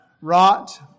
wrought